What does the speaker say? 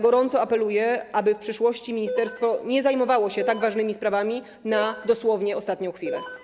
Gorąco apeluję, aby w przyszłości ministerstwo nie zajmowało się tak ważnymi sprawami dosłownie w ostatniej chwili.